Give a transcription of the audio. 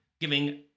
Giving